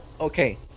Okay